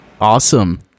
Awesome